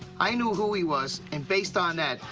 i knew who he was and, based on that,